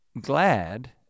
glad